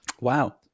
Wow